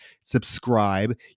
subscribe